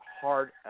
hard